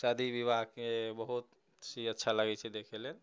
शादी विवाहके बहुत से अच्छा लागैत छै देखै लेल